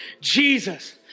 Jesus